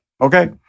okay